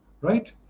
right